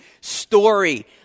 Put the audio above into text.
story